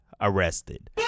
arrested